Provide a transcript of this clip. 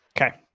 Okay